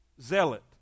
zealot